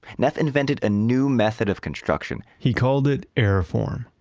neff invented a new method of construction. he called it airform.